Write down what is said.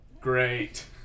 great